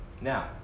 Now